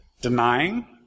denying